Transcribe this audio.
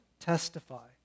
testify